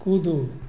कूदो